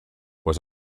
was